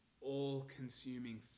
all-consuming